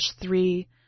three